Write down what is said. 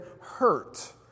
hurt